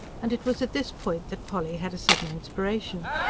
and it was at this point that polly had a sudden inspiration.